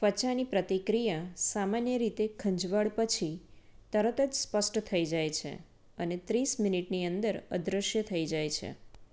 ત્વચાની પ્રતિક્રિયા સામાન્ય રીતે ખંજવાળ પછી તરત જ સ્પષ્ટ થઈ જાય છે અને ત્રીસ મિનિટની અંદર અદૃશ્ય થઈ જાય છે